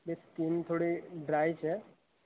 ને સ્કીન થોડી ડ્રાઇ છે